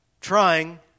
trying